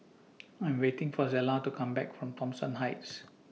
I'm waiting For Zella to Come Back from Thomson Heights